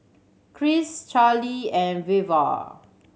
Cris Charlie and Veva